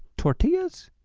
tortillas?